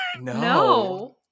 No